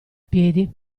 piedi